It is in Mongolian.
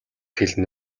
хэлнэ